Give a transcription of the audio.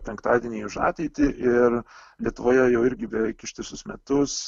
penktadieniai už ateitį ir lietuvoje jau irgi beveik ištisus metus